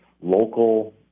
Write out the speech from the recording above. local